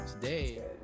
today